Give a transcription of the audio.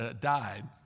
died